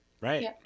right